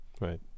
right